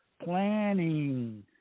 planning